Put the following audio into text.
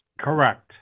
Correct